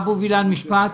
אבו וילן, בבקשה.